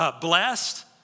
blessed